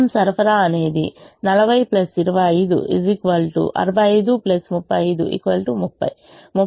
మొత్తం సరఫరా అనేది 40 25 65 35 100 30 30 60 40 100